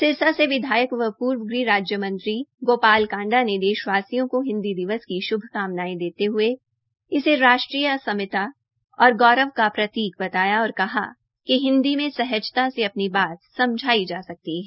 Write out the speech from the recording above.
सिरसा से विधायक व पूर्व राज्य मंत्री गोपाल कांडा ने देशवासियों को हिन्दी दिवस पर श्भ् कामनायें देते हये इसे राष्ट्रीय अस्मिता और गौरव का प्रतीक बताया और कहा कि हिन्दी में सहजता से अपनी बात समझाई जा सकती है